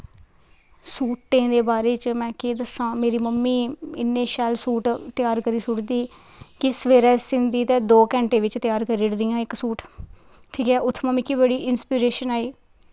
सूटें दे बारे च में केह् दस्सां मेरी मम्मी इन्ने शैल सूट त्यार करी छोड़ दी कि सवेरै सींदी ते दो घैंटे बिच्च त्यार करी ओड़दियां इक सूट ठीक ऐ उत्थुआं दा मिगी बड़ी इंस्पिरिशन आई